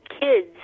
kids